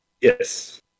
Yes